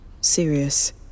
serious